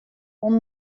oan